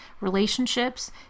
Relationships